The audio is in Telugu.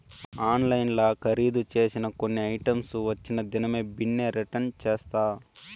ఆన్లైన్ల కరీదు సేసిన కొన్ని ఐటమ్స్ వచ్చిన దినామే బిన్నే రిటర్న్ చేస్తా